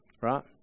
Right